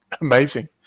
amazing